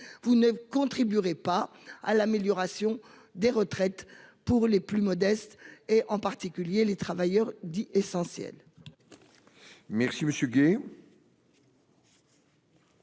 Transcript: vous ne contribuerez pas à l'amélioration des retraites pour les plus modestes, en particulier les travailleurs dits essentiels.